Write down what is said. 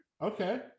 Okay